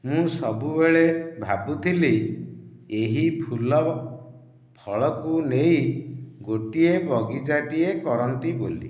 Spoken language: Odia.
ମୁଁ ସବୁବେଳେ ଭାବୁଥିଲି ଏହି ଫୁଲଫଳକୁ ନେଇ ଗୋଟିଏ ବଗିଚାଟିଏ କରନ୍ତି ବୋଲି